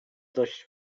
dość